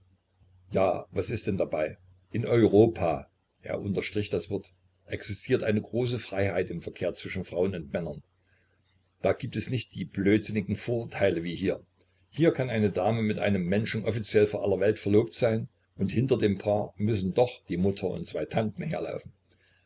ja was ist denn dabei in europa er unterstrich das wort existiert eine große freiheit im verkehr zwischen frauen und männern da gibt es nicht die blödsinnigen vorurteile wie hier hier kann eine dame mit einem menschen offiziell vor aller welt verlobt sein und hinter dem paar müssen doch die mutter und zwei tanten herlaufen